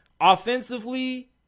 Offensively